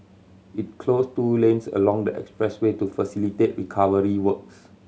it closed two lanes along the expressway to facilitate recovery works